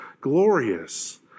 glorious